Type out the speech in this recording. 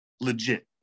legit